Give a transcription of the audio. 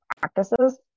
practices